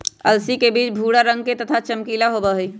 अलसी के बीज भूरा रंग के तथा चमकीला होबा हई